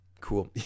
Cool